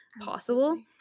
possible